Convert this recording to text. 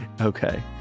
okay